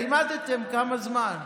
לימדתם כמה זמן.